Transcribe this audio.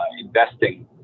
investing